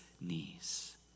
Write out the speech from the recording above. knees